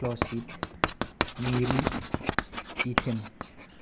फ्लसिद निरि इथेन